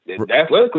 Athletically